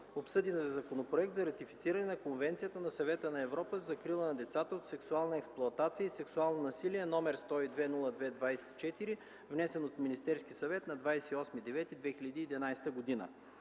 обсъди Законопроект за ратифициране на Конвенцията на Съвета на Европа за закрила на децата от сексуална експлоатация и сексуално насилие, № 102-02-24, внесен от Министерски съвет на 28 септември